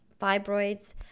fibroids